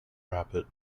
rabbit